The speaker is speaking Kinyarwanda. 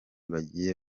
bagiye